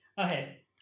Okay